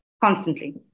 constantly